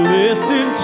listen